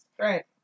Right